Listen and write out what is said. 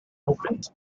opens